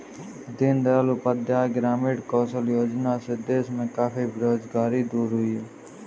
दीन दयाल उपाध्याय ग्रामीण कौशल्य योजना से देश में काफी बेरोजगारी दूर हुई है